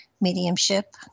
mediumship